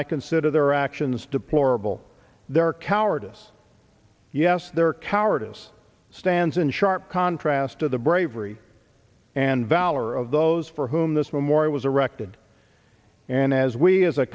i consider their actions deplorable their cowardice yes their cowardice stands in sharp contrast to the bravery and valor of those for whom this memorial was erected and as we as a